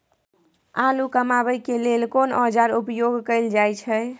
आलू कमाबै के लेल कोन औाजार उपयोग कैल जाय छै?